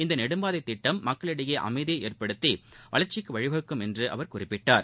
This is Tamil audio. இந்த நெடும்பாதைத் திட்டம் மக்களிடையே அமைதியை ஏற்படுத்தி வளர்ச்சிக்கு வழிவகுக்கும் என்று அவர் குறிப்பிட்டார்